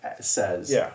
says